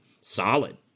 solid